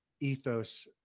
ethos